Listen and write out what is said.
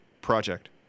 project